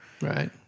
Right